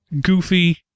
goofy